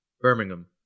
Birmingham